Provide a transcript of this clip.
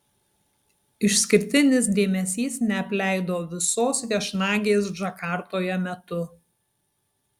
išskirtinis dėmesys neapleido visos viešnagės džakartoje metu